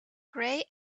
grey